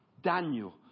Daniel